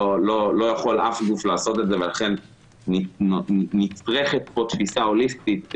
לא יכול אף גוף לעשות את זה ולכן נצרכת כאן תפיסה הוליסטית,